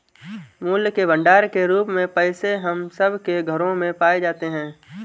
मूल्य के भंडार के रूप में पैसे हम सब के घरों में पाए जाते हैं